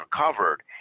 recovered